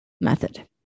method